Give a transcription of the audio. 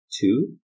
Two